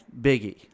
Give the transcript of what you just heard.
Biggie